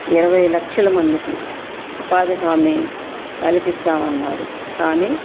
ఇరవై లక్షల మందికి ఉపాధి హామీ కల్పిస్తామన్నారు కానీ